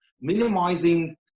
minimizing